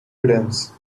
riddance